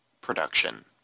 production